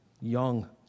young